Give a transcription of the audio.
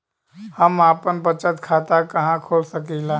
हम आपन बचत खाता कहा खोल सकीला?